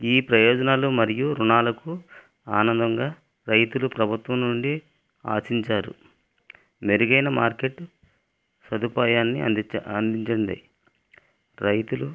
ఈ ప్రయోజనాలు మరియు రుణాలకు ఆనందంగా రైతులు ప్రభుత్వం నుండి ఆశించారు మెరుగైన మార్కెట్ సదుపాయాలని అందిం అందింది రైతులు